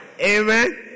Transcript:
Amen